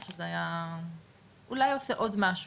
אני חושבת שזה היה אולי היה עושה עוד משהו,